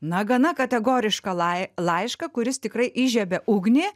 na gana kategorišką lai laišką kuris tikrai įžiebė ugnį